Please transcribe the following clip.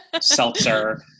seltzer